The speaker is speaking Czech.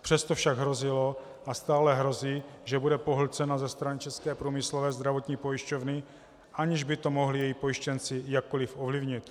Přesto však hrozilo a stále hrozí, že bude pohlcena ze strany České průmyslové zdravotní pojišťovny, aniž by to mohli její pojištěnci jakkoliv ovlivnit.